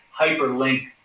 hyperlink